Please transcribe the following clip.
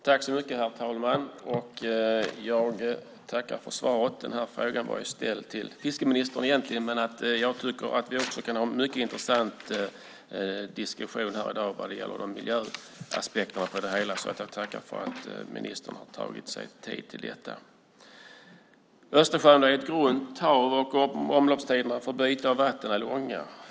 Herr talman! Jag tackar för svaret. Den här frågan var ställd till fiskeministern egentligen, men jag tycker att vi också kan ha en mycket intressant diskussion här i dag vad gäller miljöaspekterna på det hela, så jag tackar för att ministern har tagit sig tid till detta. Östersjön är ett grunt hav, och omloppstiderna för byte av vatten är långa.